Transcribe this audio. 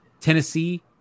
Tennessee